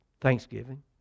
Thanksgiving